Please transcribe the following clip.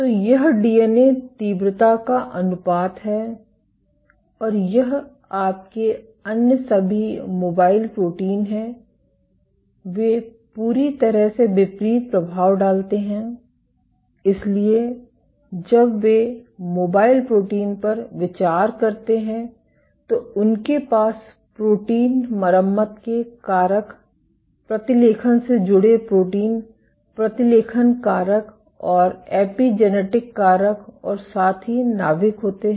तो यह डीएनए तीव्रता का अनुपात है और यह आपके अन्य सभी मोबाइल प्रोटीन हैं वे पूरी तरह से विपरीत प्रभाव डालते हैं इसलिए जब वे मोबाइल प्रोटीन पर विचार करते हैं तो उनके पास प्रोटीन मरम्मत के कारक प्रतिलेखन से जुड़े प्रोटीन प्रतिलेखन कारक और एपिजेनेटिक कारक और साथ ही नाभिक होते हैं